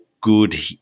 good